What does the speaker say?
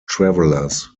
travelers